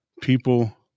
People